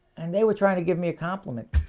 and they were trying to give me a compliment